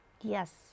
Yes